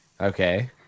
Okay